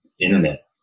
internet